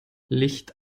licht